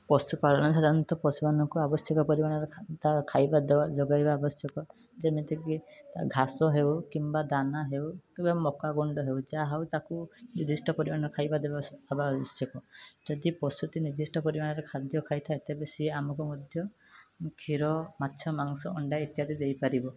ପଶୁ ପାଳନ ସାଧାରଣତଃ ପଶୁ ମାନଙ୍କୁ ଆବଶ୍ୟକ ପରିମାଣରେ ଖାଇବା ଦେବା ଯୋଗେଇବା ଆବଶ୍ୟକ ଯେମିତିକି ତା ଘାସ ହେଉ କିମ୍ବା ଦାନ ହେଉ କିମ୍ବା ମକା ଗୁଣ୍ଡ ହେଉ ଯାହା ହେଉ ତାକୁ ନିଦ୍ଧିଷ୍ଟ ପରିମାଣନରେ ଖାଇବା ଦେବା ହେବା ଆବଶ୍ୟକ ଯଦି ପଶୁଟି ନିଦ୍ଧିଷ୍ଟ ପରିମାଣରେ ଖାଦ୍ୟ ଖାଇଥାଏ ତେବେ ସିଏ ଆମକୁ ମଧ୍ୟ କ୍ଷୀର ମାଛ ମାଂସ ଅଣ୍ଡା ଇତ୍ୟାଦି ଦେଇପାରିବ